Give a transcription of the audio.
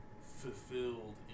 fulfilled